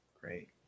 great